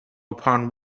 upon